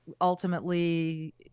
ultimately